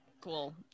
Cool